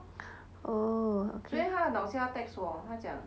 oh okay